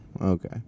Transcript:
okay